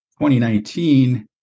2019